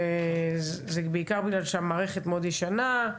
בעיקר בגלל שהמערכת מאוד ישנה,